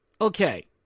Okay